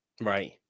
Right